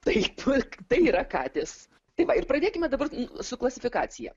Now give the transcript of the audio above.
taip tai yra katės tai va ir pradėkime dabar su klasifikacija